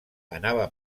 anava